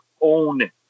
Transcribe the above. own